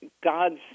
God's